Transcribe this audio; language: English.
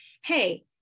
hey